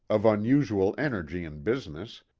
of unusual energy in business,